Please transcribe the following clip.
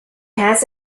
has